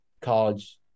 college